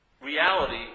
reality